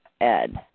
Ed